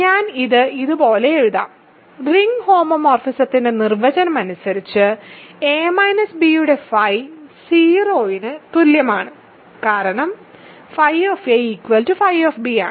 ഞാൻ ഇത് ഇതുപോലെ എഴുതാം റിംഗ് ഹോമോമോർഫിസത്തിന്റെ നിർവചനം അനുസരിച്ച് യുടെ ഫൈ 0 ന് തുല്യമാണ് കാരണം φ φ ആണ്